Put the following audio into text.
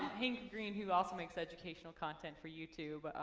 hank green, who also makes educational content for youtube,